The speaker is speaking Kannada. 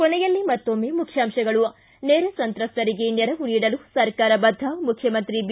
ಕೊನೆಯಲ್ಲಿ ಮತ್ತೊಮ್ಮೆ ಮುಖ್ಯಾಂಶಗಳು ಿ ನೆರೆ ಸಂತ್ರಸ್ತರಿಗೆ ನೆರವು ನೀಡಲು ಸರ್ಕಾರ ಬದ್ಧ ಮುಖ್ಯಮಂತ್ರಿ ಬಿ